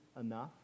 enough